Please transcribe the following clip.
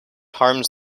harms